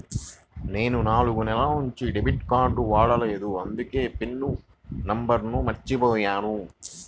నేను నాలుగు నెలల నుంచి డెబిట్ కార్డ్ వాడలేదు అందుకే పిన్ నంబర్ను మర్చిపోయాను